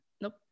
nope